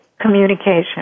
communication